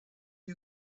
you